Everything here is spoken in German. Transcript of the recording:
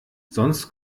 sonst